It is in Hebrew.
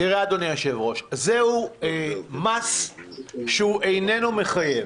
אדוני היושב-ראש, זהו מס שהוא איננו מחייב.